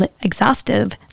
exhaustive